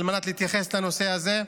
על מנת להתייחס לנושא הזה.